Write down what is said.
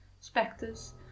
spectres